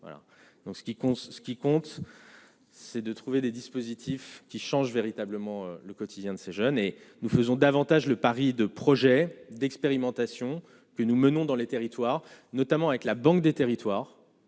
ce qui compte, c'est de trouver des dispositifs. Qui change véritablement le quotidien de ces jeunes et nous faisons davantage le pari de projets d'expérimentations que nous menons dans les territoires, notamment avec la banque des territoires,